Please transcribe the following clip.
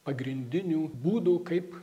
pagrindinių būdų kaip